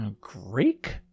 Greek